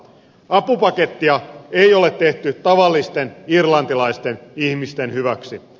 apupakettia ei ole tehty tavallisten irlantilaisten ihmisten hyväksi